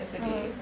ah